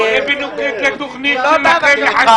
קואליציה ואופוזיציה כאחד.